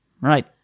Right